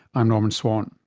i'm norman swan